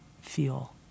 feel